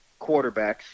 quarterbacks